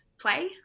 play